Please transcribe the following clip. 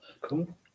Cool